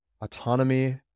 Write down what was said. autonomy